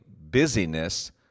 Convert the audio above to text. busyness